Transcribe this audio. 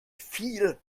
viel